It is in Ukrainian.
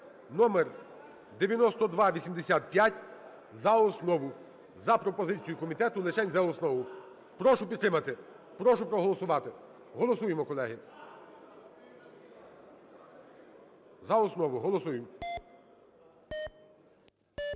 (№9285) за основу. За пропозицією комітету лишень за основу. Прошу підтримати, прошу проголосувати. Голосуємо, колеги! За основу, голосуємо.